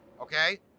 okay